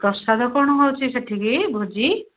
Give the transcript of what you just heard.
ପ୍ରସାଦ କ'ଣ ହେଉଛି ସେଠିକି ଭୋଜି